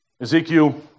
Ezekiel